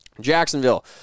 Jacksonville